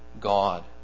God